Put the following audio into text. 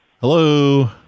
Hello